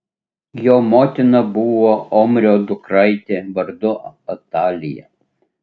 jo motina buvo omrio dukraitė vardu atalija